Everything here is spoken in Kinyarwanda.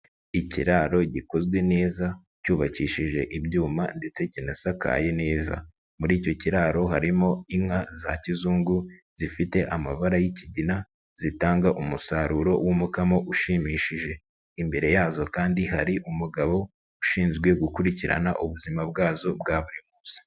Ikiraro gikozwe neza cyubakishije ibyuma ndetse kinasakaye neza, muri icyo kiraro harimo inka za kizungu zifite amabara y'ikigina zitanga umusaruro w'umukamo ushimishije, imbere yazo kandi hari umugabo ushinzwe gukurikirana ubuzima bwazo bwa buri munsi.